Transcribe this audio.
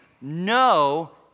No